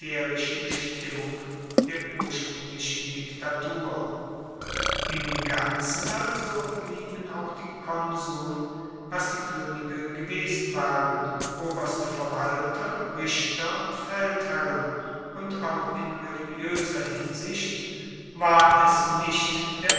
bestimmung der urspruenglichen diktatur im ganzen also blieben auch die konsuln was die koenige gewesen waren oberste verwalter richter und feldherren und auch in religioeser hinsicht war es nicht der